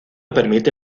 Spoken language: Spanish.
permite